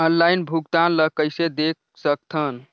Online भुगतान ल कइसे देख सकथन?